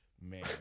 man